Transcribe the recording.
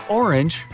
orange